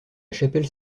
chapelle